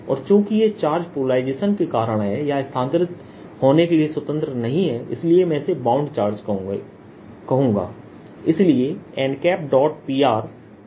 और चूंकि ये चार्ज पोलराइजेशन के कारण हैं या स्थानांतरित होने के लिए स्वतंत्र नहीं हैं इसलिए मैं इसे बाउंड चार्ज कहूंगा इसलिए nP